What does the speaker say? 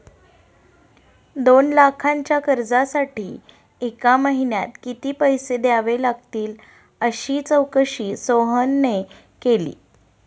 दोन लाखांच्या कर्जासाठी एका महिन्यात किती पैसे द्यावे लागतील अशी चौकशी सोहनने केली